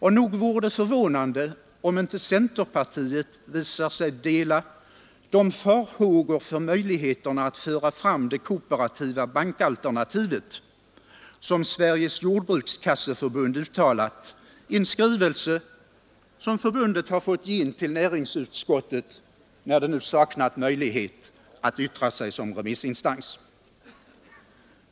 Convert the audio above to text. Och nog vore det förvånande, om inte centerpartiet visar sig dela de farhågor för möjligheterna att föra fram det kooperativa bankalternativet som Sveriges jordbrukskasseförbund uttalat i en skrivelse, som förbundet har fått ge in till näringsutskottet när det nu saknat möjlighet att yttra sig som remissinstans.